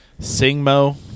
Singmo